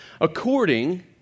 According